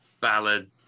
ballad